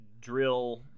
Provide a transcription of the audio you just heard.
drill